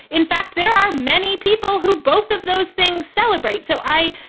in fact, there are many people who both of those things celebrate. so i,